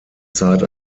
zeit